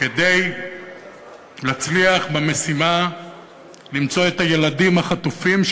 כדי שיצליח במשימה למצוא את הילדים החטופים,